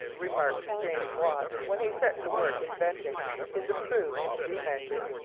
remarked james watt when he set to work inventing his improved steam-engine,